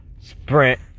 sprint